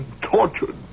tortured